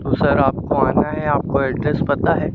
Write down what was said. तो सर आपको आना है आपको एड्रेस पता है